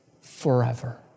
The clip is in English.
forever